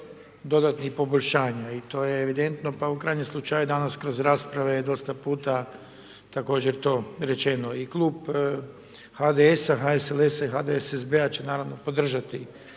dodatnih poboljšanja i to je evidentno, pa i u krajnjem slučaju, danas kroz rasprave, dosta puta također to rečeno. I Klub HDS-a, HSLS, HSSSB-a će naravno podržati